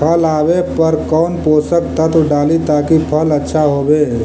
फल आबे पर कौन पोषक तत्ब डाली ताकि फल आछा होबे?